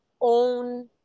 own